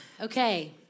Okay